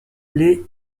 les